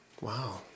Wow